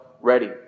ready